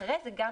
אחרי זה, גם